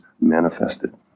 manifested